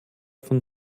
von